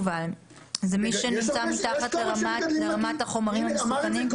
מי שנמצא מתחת לחומרים המסוכנים,